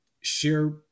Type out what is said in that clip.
share